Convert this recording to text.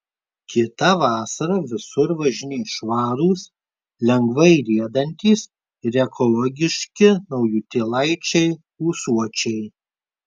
kitą vasarą visur važinės švarūs lengvai riedantys ir ekologiški naujutėlaičiai ūsuočiai